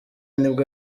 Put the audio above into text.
nibwo